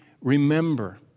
remember